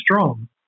strong